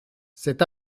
cet